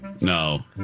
No